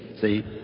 see